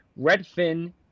Redfin